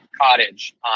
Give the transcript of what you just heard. cottage